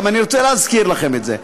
גם אני רוצה להזכיר לכם את זה: